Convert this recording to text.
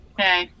Okay